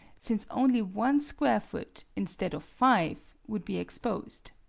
since only one square foot instead of five would be exposed.